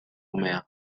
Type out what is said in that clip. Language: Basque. umea